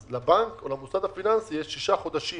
אז לבנק או למוסד הפיננסי יש שישה חודשים,